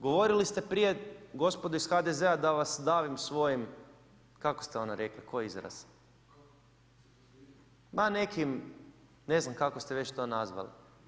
Govorili ste prije gospodo iz HDZ-a da vas davim svojim kako ste ono rekli koji izraz, ma nekim kako ste već to nazvali.